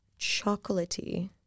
chocolatey